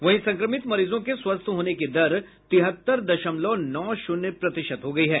वहीं संक्रमित मरीजों के स्वस्थ होने की दर तिहत्तर दशमलव नौ शून्य प्रतिशत हो गयी है